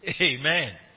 Amen